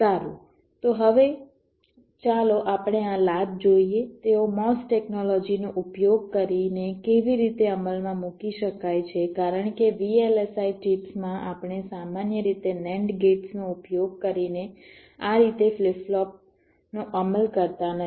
સારું તો હવે ચાલો આપણે આ લાચ જોઈએ તેઓ MOS ટેકનોલોજી નો ઉપયોગ કરીને કેવી રીતે અમલમાં મૂકી શકાય છે કારણ કે VLSI ચિપ્સમાં આપણે સામાન્ય રીતે NAND ગેટ્સનો ઉપયોગ કરીને આ રીતે ફ્લિપ ફ્લોપનો અમલ કરતા નથી